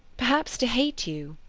perhaps, to hate you,